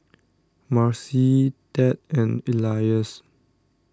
Marci Ted and Elias